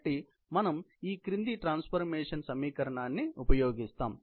కాబట్టి మనము ఈ క్రింది ట్రాన్స్ఫర్మేషన్ సమీకరణాన్ని ఉపయోగిస్తాము